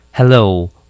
Hello